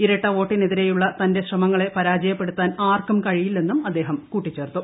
ഇരട്ട വോട്ടിനെതിരെയുള്ള തന്റെ ശ്രമങ്ങളെ പരാജയപ്പെടുത്താൻ ആർക്കും കഴിയില്ലെന്നും അദ്ദേഹം കൂട്ടിച്ചേർത്തു